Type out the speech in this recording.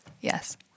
Yes